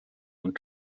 und